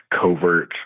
covert